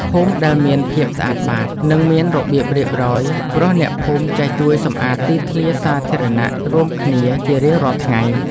ភូមិដែលមានភាពស្អាតបាត និងមានរបៀបរៀបរយ ព្រោះអ្នកភូមិចេះជួយសម្អាតទីធ្លាសាធារណៈរួមគ្នាជារៀងរាល់ថ្ងៃ។